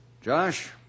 Josh